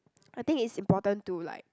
I think it's important to like